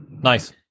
Nice